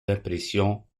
impressions